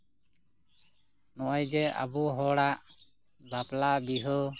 ᱱᱚᱜᱼᱚᱭ ᱡᱮ ᱟᱵᱚ ᱦᱚᱲᱟᱜ ᱵᱟᱯᱞᱟ ᱵᱤᱦᱟᱹ